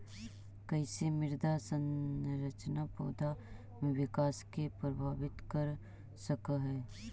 कईसे मृदा संरचना पौधा में विकास के प्रभावित कर सक हई?